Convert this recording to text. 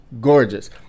gorgeous